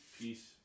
peace